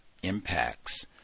impacts